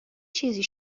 چیزی